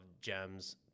gems